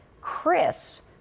Chris